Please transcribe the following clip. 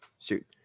Shoot